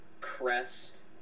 crest